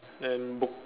then book